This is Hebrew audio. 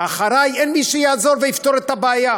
אחרי אין מי שיעזור ויפתור את הבעיה.